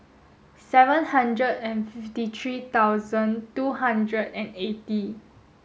seven hundred and fifty three thousand two hundred and eighty